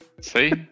See